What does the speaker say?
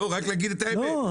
רק נגיד את האמת.